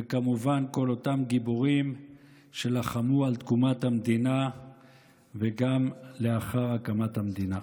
וכמובן כל אותם גיבורים שלחמו על תקומת המדינה וגם לאחר הקמת המדינה.